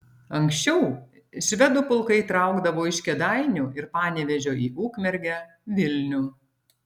anksčiau švedų pulkai traukdavo iš kėdainių ir panevėžio į ukmergę vilnių